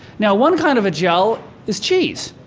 now, one kind of a gel is cheese.